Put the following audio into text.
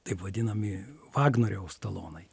taip vadinami vagnoriaus talonai